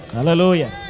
Hallelujah